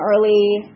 early